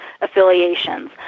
affiliations